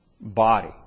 body